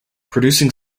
producing